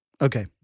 Okay